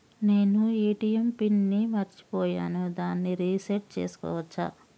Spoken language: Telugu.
నేను ఏ.టి.ఎం పిన్ ని మరచిపోయాను దాన్ని రీ సెట్ చేసుకోవచ్చా?